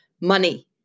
money